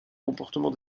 comportement